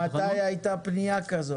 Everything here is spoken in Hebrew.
מתי הייתה פנייה כזאת?